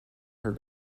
her